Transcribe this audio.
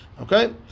okay